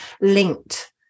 linked